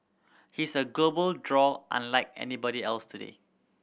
he's a global draw unlike anybody else today